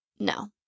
No